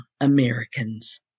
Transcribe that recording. Americans